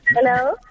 Hello